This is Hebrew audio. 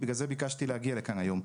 ובגלל זה ביקשתי להגיע לכאן היום.